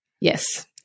Yes